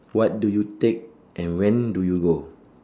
what do you take and when do you go